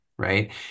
Right